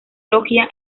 logia